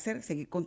seguir